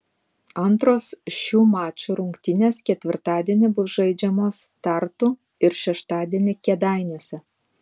antros šių mačų rungtynės ketvirtadienį bus žaidžiamos tartu ir šeštadienį kėdainiuose